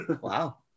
wow